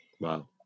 Wow